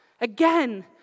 Again